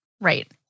Right